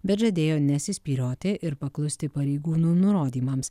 bet žadėjo nesispyrioti ir paklusti pareigūnų nurodymams